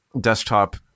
desktop